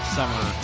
Summer